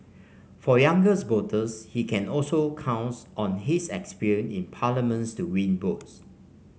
for younger voters he can also count on his experience in Parliament to win votes